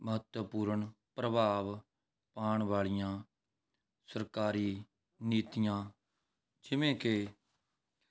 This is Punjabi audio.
ਮਹੱਤਵਪੂਰਨ ਪ੍ਰਭਾਵ ਪਾਉਣ ਵਾਲੀਆਂ ਸਰਕਾਰੀ ਨੀਤੀਆਂ ਜਿਵੇਂ ਕਿ